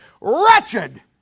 Wretched